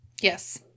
Yes